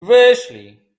wyszli